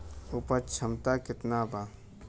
उपज क्षमता केतना वा?